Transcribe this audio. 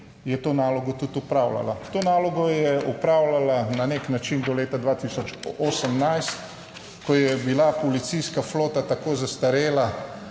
je to nalogo tudi opravljala. To nalogo je opravljala na nek način do leta 2018, ko je bila policijska flota tako zastarela,